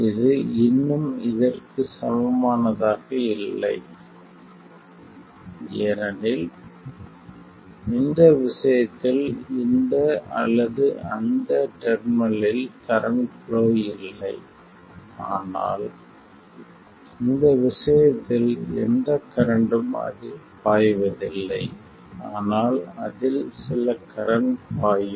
இது இன்னும் இதற்குச் சமமானதாக இல்லை ஏனெனில் இந்த விஷயத்தில் இந்த அல்லது அந்த டெர்மினலில் கரண்ட் புளோ இல்லை ஆனால் இந்த விஷயத்தில் எந்த கரண்ட்டும் அதில் பாய்வதில்லை ஆனால் அதில் சில கரண்ட் பாயும்